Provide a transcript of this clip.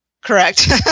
Correct